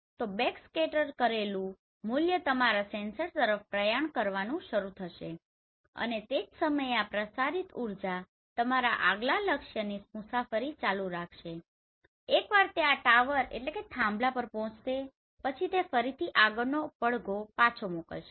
તો બેકસ્કેટર કરેલું મૂલ્ય તમારા સેન્સર તરફ પ્રયાણ કરવાનું શરૂ કરશે અને તે જ સમયે આ પ્રસારિત ઉર્જા તમારા આગલા લક્ષ્યની મુસાફરી ચાલુ રાખશેએકવાર તે આ ટાવરtowerથાંભલો પર પહોંચશે પછી તે ફરીથી આગળનો પડઘો પાછો મોકલશે